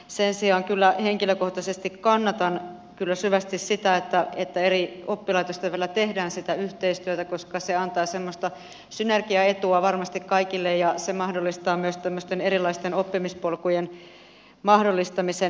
sen sijaan kyllä henkilökohtaisesti kannatan kyllä syvästi sitä että eri oppilaitosten välillä tehdään sitä yhteistyötä koska se antaa semmoista synergiaetua varmasti kaikille ja se mahdollistaa myös tämmöisten erilaisten oppimispolkujen mahdollistamisen